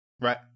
Right